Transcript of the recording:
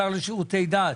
השר לשירותי דת,